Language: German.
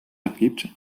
abgibt